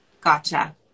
Gotcha